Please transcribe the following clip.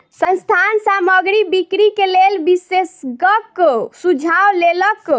संस्थान सामग्री बिक्री के लेल विशेषज्ञक सुझाव लेलक